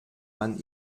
man